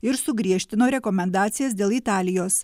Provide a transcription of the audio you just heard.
ir sugriežtino rekomendacijas dėl italijos